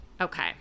okay